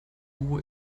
duo